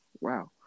wow